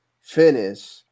finish